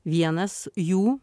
vienas jų